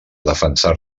defensar